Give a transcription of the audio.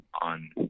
on